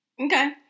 Okay